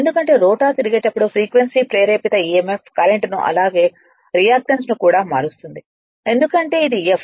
ఎందుకంటే రోటర్ తిరిగేటప్పుడు ఫ్రీక్వెన్సీ ప్రేరేపిత emf కరెంట్ను అలాగే రియాక్టెన్స్ను కూడా మారుస్తుంది ఎందుకంటే ఇది f